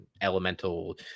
elemental